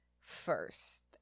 first